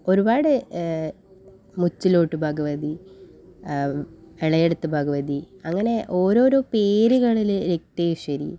ഒരുപാട് മുച്ചിലോട്ട് ഭഗവതി ഇളയെടത്ത് ഭഗവതി അങ്ങനെ ഓരോരോ പേരുകളിൽ രക്തേശ്വരി